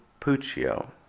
Puccio